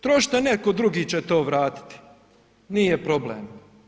Trošite, netko drugi će to vratiti, nije problem.